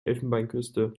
elfenbeinküste